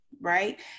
Right